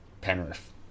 Penrith